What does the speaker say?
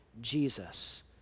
Jesus